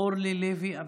אורלי לוי אבקסיס.